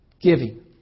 Giving